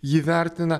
jį vertina